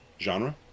Genre